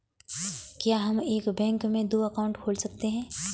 क्या हम एक बैंक में दो अकाउंट खोल सकते हैं?